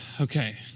okay